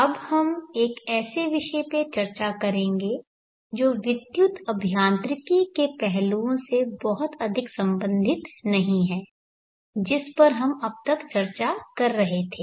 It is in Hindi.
अब हम एक ऐसे विषय पर चर्चा करेंगे जो विद्युत् अभियांत्रिकी के पहलुओं से बहुत अधिक संबंधित नहीं है जिस पर हम अब तक चर्चा कर रहे थे